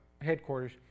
headquarters